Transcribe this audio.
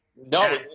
No